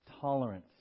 tolerance